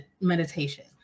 meditation